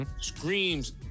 Screams